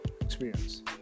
experience